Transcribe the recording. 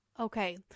Okay